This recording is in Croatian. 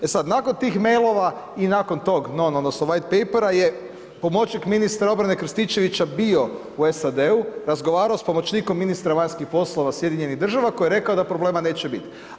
E sad, nakon tih mailova i nakon tog non odnosno white papera je pomoćnik ministra obrane Krstičevića bio u SAD-u, razgovarao s pomoćnikom ministra vanjskih poslova SAD, koji je rekao da problema neće bit.